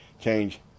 change